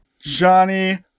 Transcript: Johnny